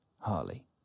Harley